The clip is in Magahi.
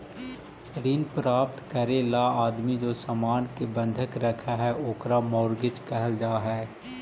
ऋण प्राप्त करे ला आदमी जे सामान के बंधक रखऽ हई ओकरा मॉर्गेज कहल जा हई